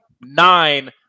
nine